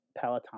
peloton